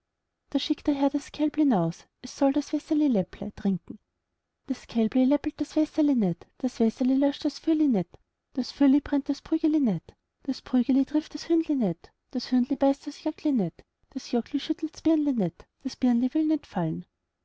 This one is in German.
da schickt der herr das kälbli naus es soll das wässerli läpple trinken das kälbli läppelt das wässerli nit das wässerli löscht das fürli nit das fürli brennt das prügeli nit das prügeli trifft das hündli nit das hündli beißt das jockli nit das jockli schüttelts birnli nit das birnli will nit fallen